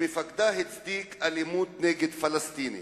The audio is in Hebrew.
שמפקדה הצדיק אלימות נגד פלסטינים.